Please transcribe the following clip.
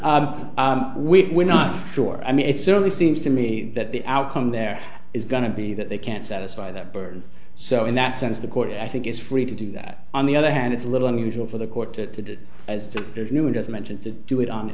that we're not sure i mean it certainly seems to me that the outcome there is going to be that they can't satisfy that burden so in that sense the court i think is free to do that on the other hand it's a little unusual for the court to as doctors knew and as i mentioned to do it on